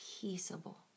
peaceable